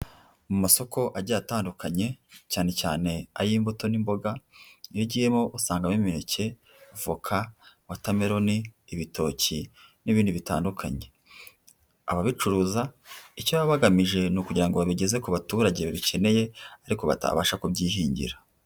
Mu masoko agiye atandukanye, cyane cyane ay'imbuto n'imboga, iyo ugiyemo usangamo imineke, voka, watermelon, ibitoki n'ibindi bitandukanye. Ababicuruza icyo baba bagamije ni ukugira ngo babigeze ku baturage babikeneye, ariko batabasha kubyihingira.